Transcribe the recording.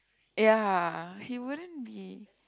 ya he wouldn't be